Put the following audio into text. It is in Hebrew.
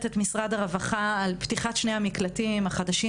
את משרד הרווחה על פתיחת שני המקלטים החדשים,